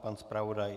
Pan zpravodaj?